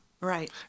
Right